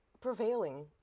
prevailing